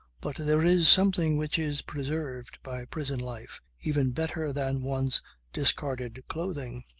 but there is something which is preserved by prison life even better than one's discarded clothing.